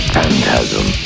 Phantasm